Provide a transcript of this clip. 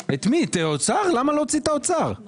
המשפטי ככל הנראה לא יאפשר לחלק אלא אם